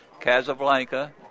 Casablanca